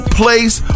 place